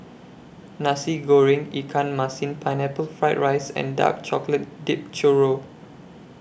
Nasi Goreng Ikan Masin Pineapple Fried Rice and Dark Chocolate Dipped Churro